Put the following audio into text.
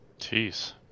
Jeez